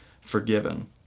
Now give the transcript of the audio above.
forgiven